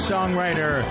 songwriter